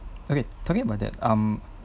okay talking about that um